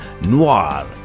noir